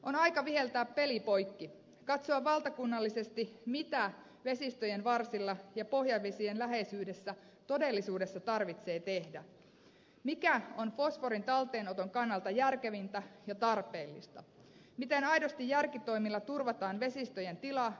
on aika viheltää peli poikki katsoa valtakunnallisesti mitä vesistöjen varsilla ja pohjavesien läheisyydessä todellisuudessa tarvitsee tehdä mikä on fosforin talteenoton kannalta järkevintä ja tarpeellista miten aidosti järkitoimilla turvataan vesistöjen tila